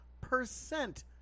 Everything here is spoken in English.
percent